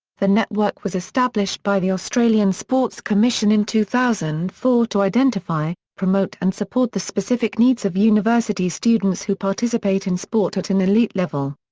the network was established by the australian sports commission in two thousand and four to identify, promote and support the specific needs of university students who participate in sport at an elite level.